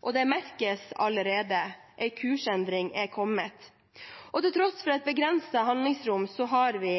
og det merkes allerede. En kursendring er kommet. Til tross for et begrenset handlingsrom har vi